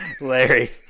Larry